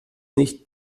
nicht